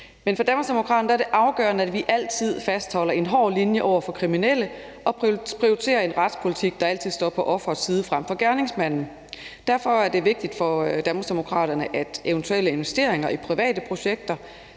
Men for Danmarksdemokraterne er det afgørende, at vi altid fastholder en hård linje over for kriminelle, og at vi prioriterer en retspolitik, der altid står på offerets side frem for på gerningsmandens. Derfor er det vigtigt for Danmarksdemokraterne, at man med eventuelle investeringer i private projekter